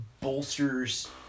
bolsters